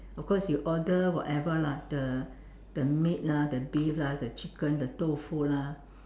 of course you order whatever lah the the meat lah the beef lah the chicken the tofu lah